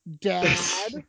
dad